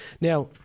Now